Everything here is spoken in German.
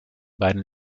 beiden